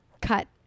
cut